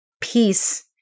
peace